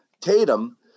Tatum